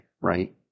right